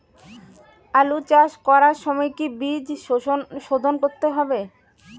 আলু চাষ করার সময় কি বীজ শোধন করতে হবে?